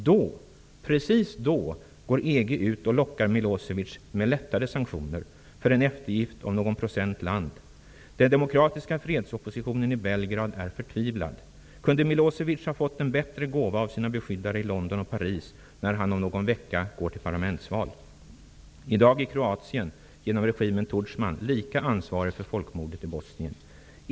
Då -- precis då -- går EG ut och lockar Milosevic med lättade sanktioner för en eftergift om någon procent land. Den demokratiska fredsoppositionen i Belgrad är förtvivlad. Kunde Milosevic ha fått en bättre gåva av sina beskyddare i London och Paris, när han om någon vecka går till parlamentsval? I dag är Kroatien genom regimen Tudjman lika ansvarigt för folkmordet i Bosnien.